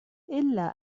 إلا